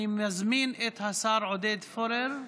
אני מזמין את השר עודד פורר.